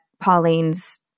Pauline's